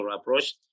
approach